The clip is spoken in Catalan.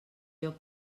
joc